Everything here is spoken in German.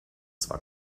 zwar